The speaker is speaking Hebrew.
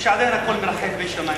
או שעדיין הכול מרחף בין שמים וארץ?